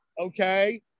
okay